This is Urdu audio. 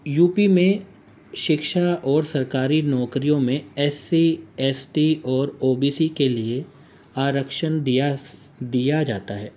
یو پی میں شکشا اور سرکاری نوکریوں میں ایس سی ایس ٹی اور او بی سی کے لیے آرکشن دیا دیا جاتا ہے